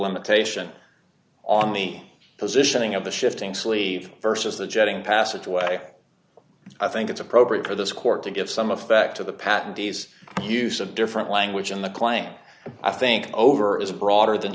limitation on the positioning of the shifting sleeve versus the jetting passageway i think it's appropriate for this court to give some effect to the patent days of use of different language in the claim i think over is broader than